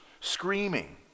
screaming